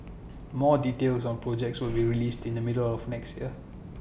more details on projects will be released in the middle of next year